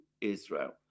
Israel